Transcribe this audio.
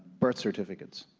birth certificates,